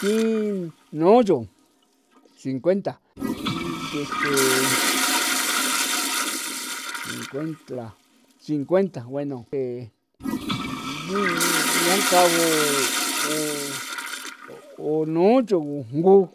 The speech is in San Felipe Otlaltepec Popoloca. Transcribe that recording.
Thi nucho cincuenta deste cincuentra cincuenta bueno e ni yankau o unucho gujngu,